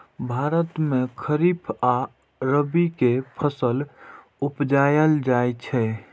भारत मे खरीफ आ रबी के फसल उपजाएल जाइ छै